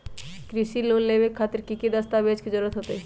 कृषि लोन लेबे खातिर की की दस्तावेज के जरूरत होतई?